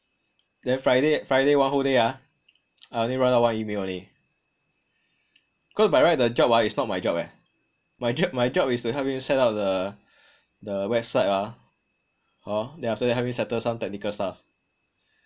then friday friday one whole day ah I only write out one email only cause by right the job ah is not my job leh my j~ my job is to help him setup the the website ah hor then help him settle some technical stuff